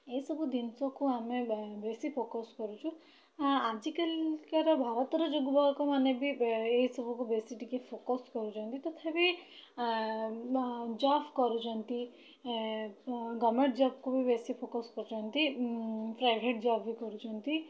ଏହି ସବୁ ଜିନିଷକୁ ଆମେ ବେଶୀ ଫୋକସ୍ କରୁଛୁ ଆଜିକାଲିକାର ଭାରତର ଯୁବକମାନେ ବି ଏହି ସବୁକୁ ବେଶୀ ଟିକିଏ ଫୋକସ୍ କରୁଛନ୍ତି ତଥାପି ଜବ୍ କରୁଛନ୍ତି ଗଭର୍ଣ୍ଣମେଣ୍ଟ୍ ଜବ୍କୁ ବି ବେଶୀ ଫୋକସ୍ କରୁଛନ୍ତି ପ୍ରାଇଭେଟ୍ ଜବ୍ ବି କରୁଛନ୍ତି